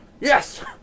yes